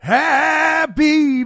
happy